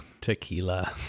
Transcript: Tequila